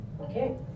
okay